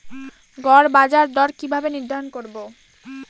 গড় বাজার দর কিভাবে নির্ধারণ করব?